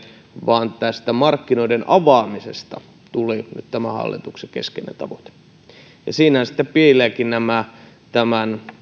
vaan markkinoiden avaamisesta tuli hallituksen keskeinen tavoite siinä sitten piilevätkin tämän